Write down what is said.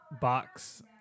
box